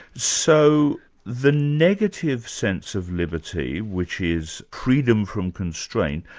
so the negative sense of liberty, which is freedom from constraint,